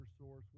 source